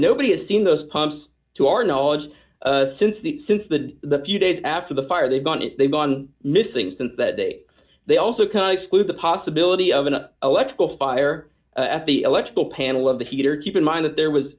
nobody has seen those pumps to our knowledge since the since the the few days after the fire they've gone and they've gone missing since that day they also can exclude the possibility of an electrical fire at the electrical panel of the heater keep in mind that there was